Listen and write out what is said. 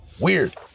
Weird